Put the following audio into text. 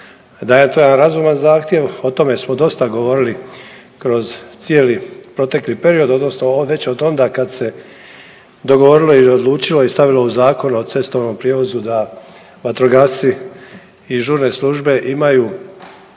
da je to jedan razuman zahtjev, o tome smo dosta govorili kroz cijeli protekli period odnosno već od onda kad se dogovorilo ili odlučilo i stavilo u Zakon o cestovnom prijevozu da vatrogasci i žurne službe imaju